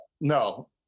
no